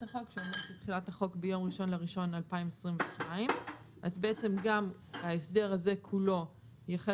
החוק של תחילת החוק ביום 1 בינואר 2022. אז בעצם גם ההסדר הזה כולו יחל